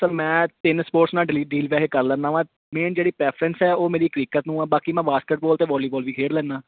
sir ਮੈਂ ਤਿੰਨ sports ਨਾਲ ਡਲੀ ਡੀਲ ਵੈਸੇ ਕਰ ਲੈਂਦਾ ਵਾਂ ਮੇਨ ਜਿਹੜੀ ਪ੍ਰੈਫਰੈਂਸ ਹੈ ਉਹ ਮੇਰੀ ਕ੍ਰਿਕਟ ਨੂੰ ਆ ਬਾਕੀ ਮੈਂ ਬਾਸਕਿਟਬੋਲ ਅਤੇ ਵੋਲੀਬੋਲ ਵੀ ਖੇਡ ਲੈਂਦਾ